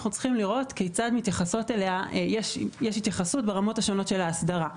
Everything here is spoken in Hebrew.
אנחנו רואים שיש התייחסות ברמות השונות של ההסדרה.